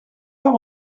pas